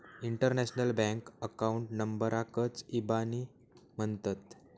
international bank account नंबराकच इबानी म्हणतत